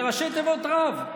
זה ראשי תיבות רב.